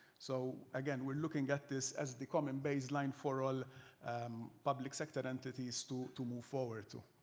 so again, we're looking at this as the common baseline for all public sector entities to to move forward to.